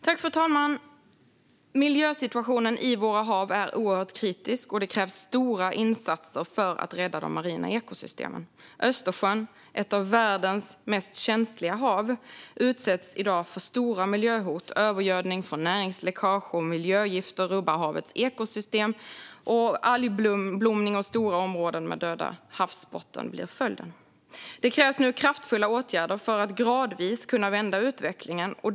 Fru talman! Miljösituationen i våra hav är oerhört kritisk. Det krävs stora insatser för att rädda de marina ekosystemen. Östersjön, ett av världens känsligaste hav, utsätts i dag för stora miljöhot. Övergödning från näringsläckage samt miljögifter rubbar havets ekosystem. Algblomning och stora områden med död havsbotten blir följden. Det krävs nu kraftfulla åtgärder för att gradvis kunna vända utvecklingen.